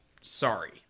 sorry